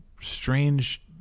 strange